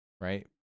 right